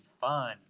fun